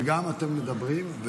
גם אתם מדברים,